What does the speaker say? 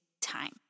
time